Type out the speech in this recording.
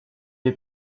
est